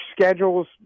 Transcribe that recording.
schedules